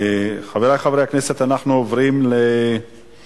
חברי חברי הכנסת, אנחנו עוברים להצבעה